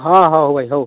ହଁ ହଉ ଭାଇ ହଉ